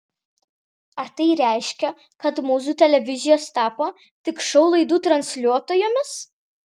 ar tai reiškia kad mūsų televizijos tapo tik šou laidų transliuotojomis